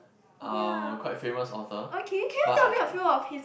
uh quite famous author but